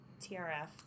TRF